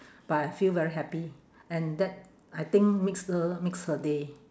but I feel very happy and that I think makes her makes her day